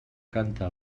canta